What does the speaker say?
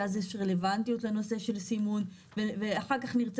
שאז יש רלבנטיות לנושא של סימון ואחר כך נרצה